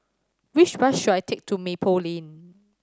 which bus should I take to Maple Lane